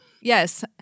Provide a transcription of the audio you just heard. Yes